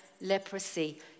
leprosy